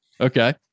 Okay